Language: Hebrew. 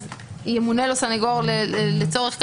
ימונה לו סניגור לצורך כך,